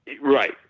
Right